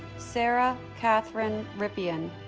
sarah catherine rippeon